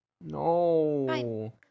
No